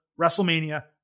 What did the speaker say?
WrestleMania